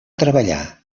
treballar